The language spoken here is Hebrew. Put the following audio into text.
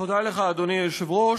תודה לך, אדוני היושב-ראש.